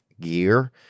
gear